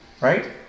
Right